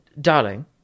darling